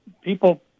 people